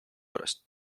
pärast